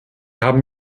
haben